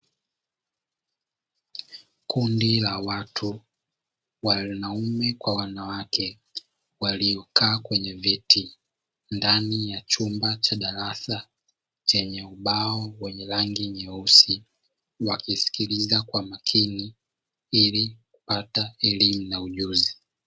Kundi la watu wanaume kwa wanawake waliokaa kwenye viti ndani ya chumba cha darasa chenye ubao wenye rangi nyeusi, wakisikiliza kwa makini ili kupata elimu na ujuzi.